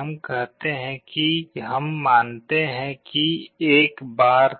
हम कहते हैं कि हम मानते हैं कि एक बार